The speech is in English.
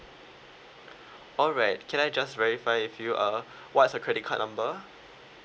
alright can I just verify with you uh what's your credit card number